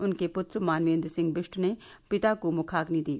उनके पुत्र मानवेंद्र सिंह बिस्ट ने पिता को मुखाग्नि दी